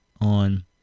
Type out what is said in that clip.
on